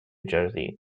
jersey